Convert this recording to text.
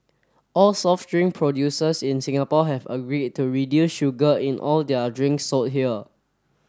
all soft drink producers in Singapore have agreed to reduce sugar in all their drink sold here